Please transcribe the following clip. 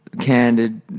candid